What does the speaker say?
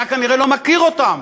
אתה כנראה לא מכיר אותם.